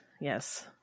yes